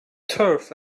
turf